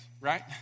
right